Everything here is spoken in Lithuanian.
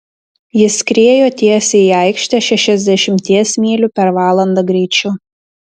ji skriejo tiesiai į aikštę šešiasdešimties mylių per valandą greičiu